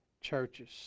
churches